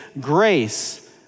grace